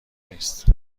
نیست